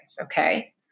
Okay